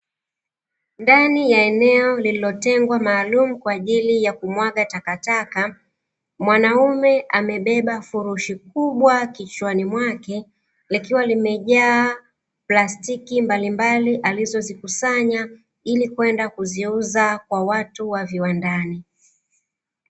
Ndani ya eneo lililotengwa maalumu kwa ajili ya kumwaga takataka. Mwanaume amebeba furushi kubwa kichwani mwake, likiwa limejaa plastiki mbalimbali alizozikusanya ili kwenda kuziuza kwa watu wa viwandani.